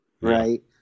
right